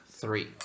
three